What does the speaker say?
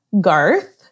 Garth